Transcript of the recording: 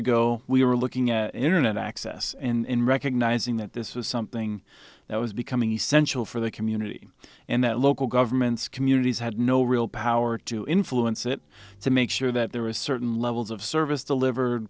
ago we were looking at internet access and recognizing that this was something that was becoming essential for the community and that local governments communities had no real power to influence it to make sure that there was certain levels of service delivered